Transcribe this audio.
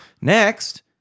Next